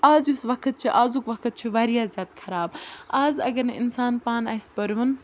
اَز یُس وقت چھِ اَزُک وقت چھُ واریاہ زیادٕ خراب اَز اگر نہٕ اِنسان پانہٕ آسہِ پٔرۍوُن